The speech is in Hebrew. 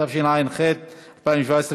התשע"ח 2017,